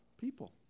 people